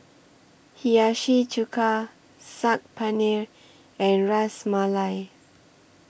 Hiyashi Chuka Saag Paneer and Ras Malai